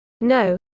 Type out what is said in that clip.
No